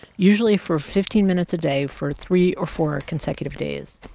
usually for fifteen minutes a day for three or four consecutive days.